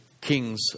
kings